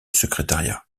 secrétariat